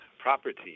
property